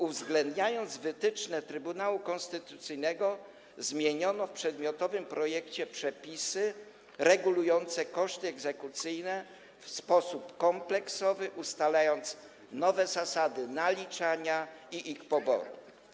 Uwzględniając wytyczne Trybunału Konstytucyjnego, zmieniono w przedmiotowym projekcie przepisy regulujące koszty egzekucyjne w sposób kompleksowy, ustalając nowe zasady naliczania i ich poboru.